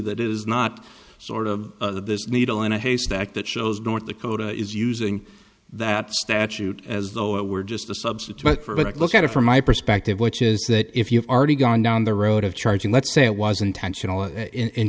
that is not sort of this needle in a haystack that shows north dakota is using that statute as though it were just a substitute for a look at it from my perspective which is that if you've already gone down the road of charging let's say it was intentional